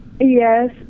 Yes